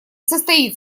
состоит